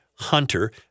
Hunter